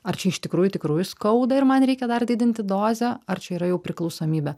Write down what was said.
ar čia iš tikrųjų tikrųjų skauda ir man reikia dar didinti dozę ar čia yra jau priklausomybė